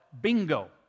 Bingo